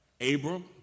Abram